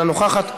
אינו נוכח,